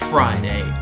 Friday